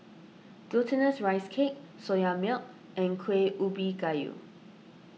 Glutinous Rice Cake Soya Milk and Kuih Ubi Kayu